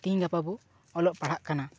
ᱛᱮᱦᱮᱧ ᱜᱟᱯᱟ ᱵᱚ ᱚᱞᱚᱜ ᱯᱟᱲᱦᱟᱜ ᱠᱟᱱᱟ